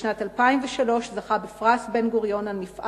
בשנת 2003 זכה בפרס בן-גוריון על מפעל